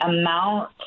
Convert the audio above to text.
amount